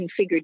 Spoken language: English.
configured